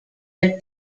del